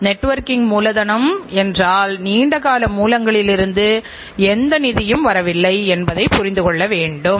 எனவே நீங்கள் வழக்கமான மதிப்பீட்டிற்குச் சென்றால் நீங்கள் தயாரிப்புகளின் குறைபாடுகளைக் குறைக்க முடியும்